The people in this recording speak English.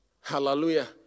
Hallelujah